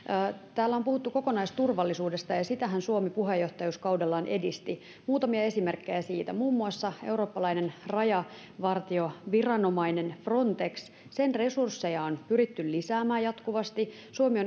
täällä on puhuttu kokonaisturvallisuudesta ja ja sitähän suomi puheenjohtajuuskaudellaan edisti muutamia esimerkkejä siitä muun muassa eurooppalaisen rajavartioviranomaisen frontexin resursseja on pyritty lisäämään jatkuvasti suomi